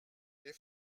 les